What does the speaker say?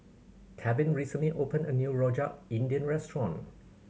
Tevin recently opened a new Rojak India restaurant